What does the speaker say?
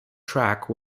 track